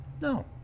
No